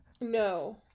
No